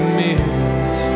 miss